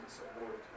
support